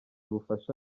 ubufasha